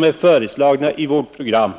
har föreslagit i vårt program.